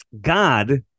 God